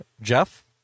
Jeff